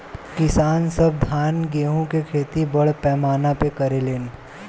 किसान सब धान गेहूं के खेती बड़ पैमाना पर करे लेन